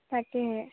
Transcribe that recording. তাকে